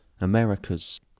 america's